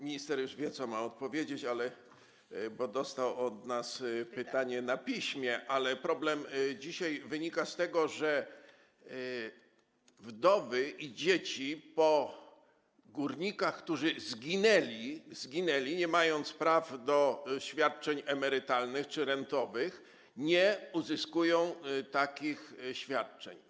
Minister już wie, co ma odpowiedzieć, bo dostał od nas pytanie na piśmie, ale problem dzisiaj wynika z tego, że wdowy i dzieci po górnikach, którzy zginęli, nie mając praw do świadczeń emerytalnych czy rentowych, nie uzyskują takich świadczeń.